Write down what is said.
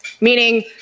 meaning